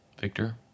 Victor